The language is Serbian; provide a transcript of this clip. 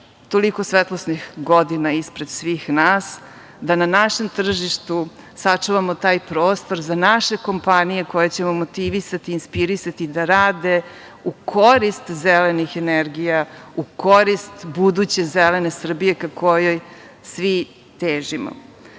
toliko svetlosnih godina ispred svih nas da na našem tržištu sačuvamo taj prostor za naše kompanije koje ćemo motivisati i inspirisati da rade u korist zelenih energija, u korist buduće zelene Srbije, ka kojoj svi težimo. Gospođo